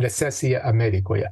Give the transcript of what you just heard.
recesija amerikoje